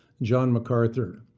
john mcarthur.